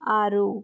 ಆರು